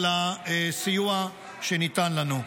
על הסיוע שניתן לנו.